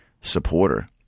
supporter